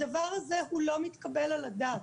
הדבר הזה לא מתקבל על הדעת,